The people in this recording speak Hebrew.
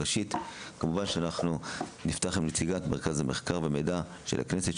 כמובן שאנחנו נפתח עם נציגת מרכז המחקר והמידע של הכנסת,